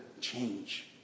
change